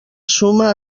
summa